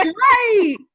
right